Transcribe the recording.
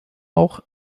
auch